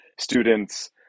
students